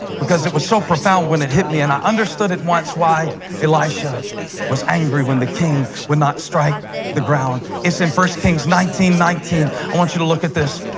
because it was so profound when it hit me. and i understood at once why elisha was angry when the king would not strike the ground. it's in one kings nineteen nineteen. i want you to look at this.